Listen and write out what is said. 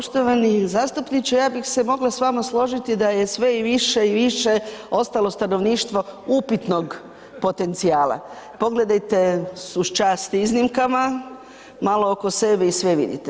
Poštovani zastupniče ja bih se mogla s vama složiti da je sve i više i više ostalo stanovništvo upitnog potencijala, pogledajte uz čast iznimkama malo oko sebe i sve vidite.